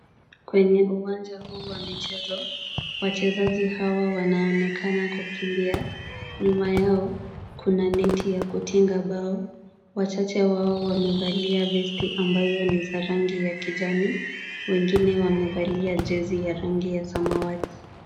Kwenye uwanja huu wa michezo, wachezaji hawa wanaonekana kukimbia. Nyuma yao, kuna neti ya kutinga mbao. Wachache wao wamevalia vesti ambazo ni za rangi ya kijani, wengine wamevalia jezi ya rangi ya samawati.